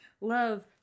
Love